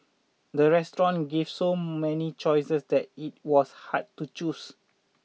the restaurant gave so many choices that it was hard to choose